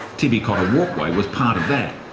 tibby cotter walkway was part of that,